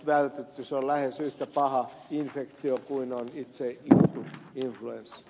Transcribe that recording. se on lähes yhtä paha infektio kuin on itse lintuinfluenssa